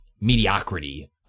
mediocrity